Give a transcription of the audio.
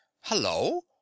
Hello